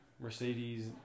Mercedes